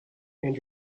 and